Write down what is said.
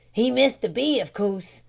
he missed the bee, of coorse,